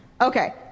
Okay